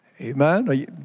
Amen